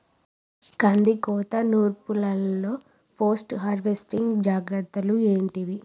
కందికోత నుర్పిల్లలో post harvesting జాగ్రత్తలు ఏంటివి?